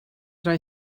rhaid